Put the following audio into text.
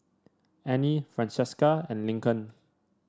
Anie Francesca and Lincoln